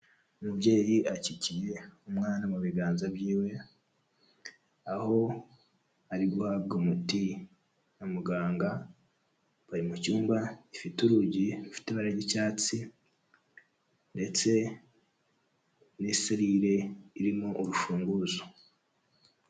Umubyeyi akikiye umwana mu biganza byiwe, aho ari guhabwa umuti na muganga, bari mu cyumba gifite urugi rufite ibara ry'icyatsi, ndetse n'iserire irimo urufunguzo.